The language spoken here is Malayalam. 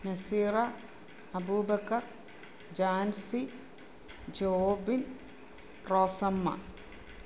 നസീറ അബൂബക്കര് ജാന്സി ജോബിന് റോസമ്മ